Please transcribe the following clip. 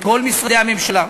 את כל משרדי הממשלה,